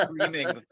screaming